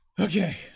okay